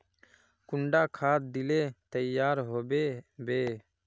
कुंडा खाद दिले तैयार होबे बे?